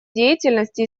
деятельности